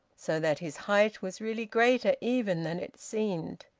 so that his height was really greater even than it seemed.